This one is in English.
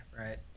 right